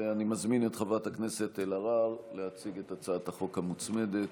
אני מזמין את חברת הכנסת אלהרר להציג את הצעת החוק המוצמדת,